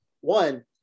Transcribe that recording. One